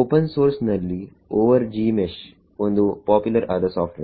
open source ನಲ್ಲಿ over Gmesh ಒಂದು popular ಆದ ಸಾಫ್ಟ್ವೇರ್